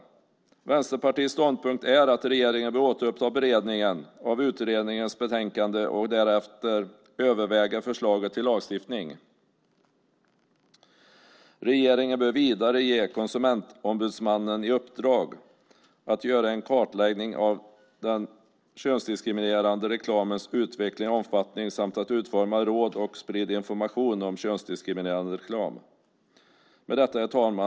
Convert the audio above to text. Vänsterpartiets ståndpunkt är att regeringen bör återuppta beredningen av utredningens betänkande och därefter överväga förslag till lagstiftning. Regeringen bör vidare ge Konsumentombudsmannen i uppdrag att göra en kartläggning av den könsdiskriminerande reklamens utveckling och omfattning samt att utforma råd och sprida information om könsdiskriminerande reklam. Herr talman!